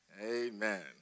Amen